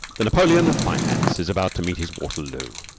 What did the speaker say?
the napoleon of finance is about to meet his waterloo.